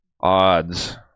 Odds